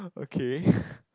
okay